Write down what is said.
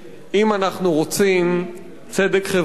אם אנחנו רוצים צדק חברתי,